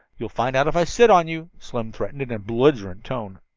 you'll find out if i sit on you, slim threatened, in a belligerent tone.